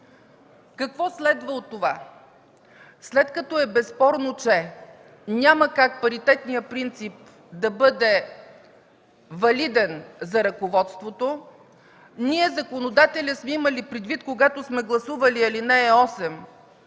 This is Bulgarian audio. Какво следва от това? След като е безспорно, че няма как паритетният принцип да бъде валиден за ръководството, ние – законодателят, сме имали предвид при гласуването